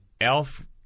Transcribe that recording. Elf